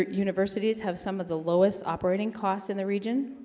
universities have some of the lowest operating costs in the region.